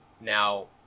now